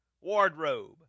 wardrobe